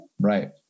Right